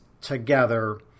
together